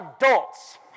adults